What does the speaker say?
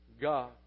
God